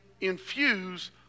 infuse